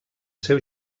seu